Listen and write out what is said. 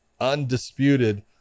undisputed